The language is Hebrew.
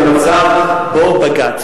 את המצב שבג"ץ,